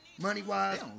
money-wise